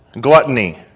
gluttony